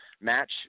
match